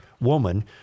woman